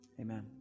Amen